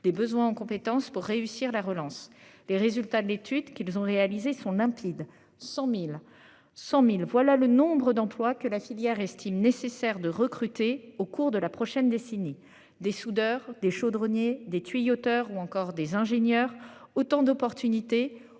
des besoins en compétences pour réussir la relance les résultats de l'étude qu'ils ont réalisés sont limpides. 100.100 1000. Voilà le nombre d'emplois que la filière estime nécessaire de recruter au cours de la prochaine décennie, des soudeurs, des chaudronniers, des tuyauteurs, ou encore des ingénieurs autant d'opportunités